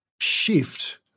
shift